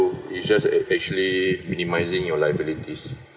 it's just actually minimising your liabilities